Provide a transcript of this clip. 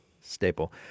Staple